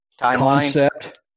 concept